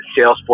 Salesforce